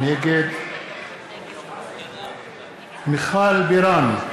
נגד מיכל בירן,